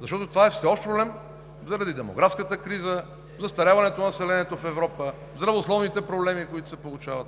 защото това е всеобщ проблем заради демографската криза, застаряването на населението в Европа, здравословните проблеми, които се получават.